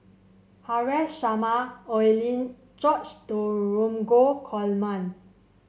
Haresh Sharma Oi Lin George Dromgold Coleman